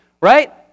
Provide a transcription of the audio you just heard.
right